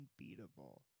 unbeatable